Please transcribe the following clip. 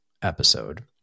episode